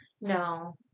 No